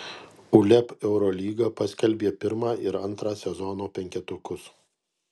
uleb eurolyga paskelbė pirmą ir antrą sezono penketukus